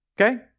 Okay